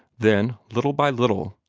then, little by little,